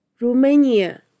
Romania